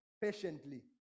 patiently